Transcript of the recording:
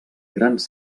grans